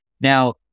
Now